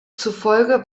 zufolge